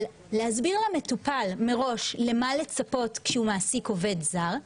אבל להסביר למטופל מראש למה לצפות כשהוא מעסיק עובד זר.